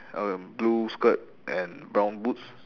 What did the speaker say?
uh and blue skirt and brown boots